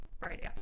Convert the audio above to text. right